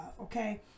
okay